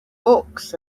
books